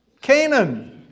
Canaan